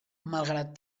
malgrat